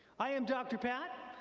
i am dr. pat,